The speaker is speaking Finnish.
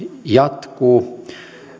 jatkuu